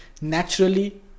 naturally